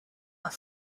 are